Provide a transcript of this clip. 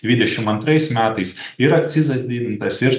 dvidešim antrais metais ir akcizas didintas ir